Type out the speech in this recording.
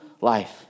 life